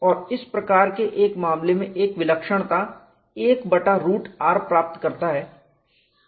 और इस प्रकार के एक मामले में एक विलक्षणता 1 बटा रूट r प्राप्त करता है